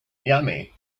yummy